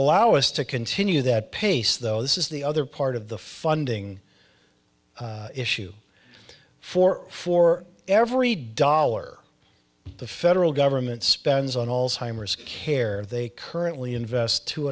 allow us to continue that pace though this is the other part of the funding issue for for every dollar the federal government spends on all timers care they currently invest two